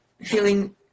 feeling